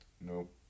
Nope